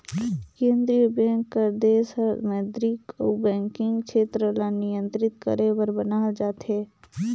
केंद्रीय बेंक हर देस कर मौद्रिक अउ बैंकिंग छेत्र ल नियंत्रित करे बर बनाल जाथे